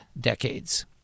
decades